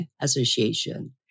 Association